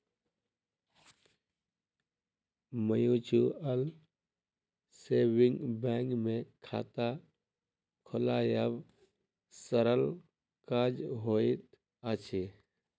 mutual saving bank मे खाता खोलायब सरल काज होइत अछि